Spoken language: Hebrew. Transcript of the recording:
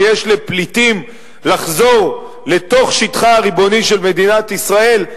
שיש לפליטים לחזור לתוך שטחה הריבוני של מדינת ישראל,